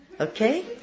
Okay